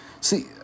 See